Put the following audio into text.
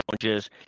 challenges